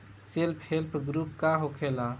Self help group का होखेला?